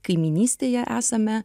kaimynystėje esame